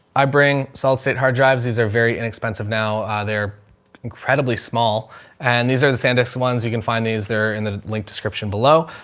i bring solid state hard drives. these are very inexpensive now. they're incredibly small and these are the santos, the ones you can find these, they're in the link description below.